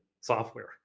software